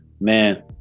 man